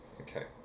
Okay